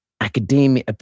academia